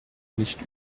nicht